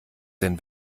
denn